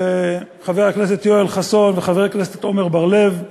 חבר הכנסת יואל חסון וחבר הכנסת עמר בר-לב,